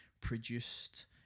produced